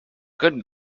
good